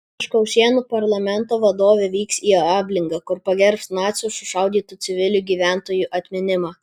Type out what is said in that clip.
iš kaušėnų parlamento vadovė vyks į ablingą kur pagerbs nacių sušaudytų civilių gyventojų atminimą